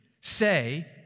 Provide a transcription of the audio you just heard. say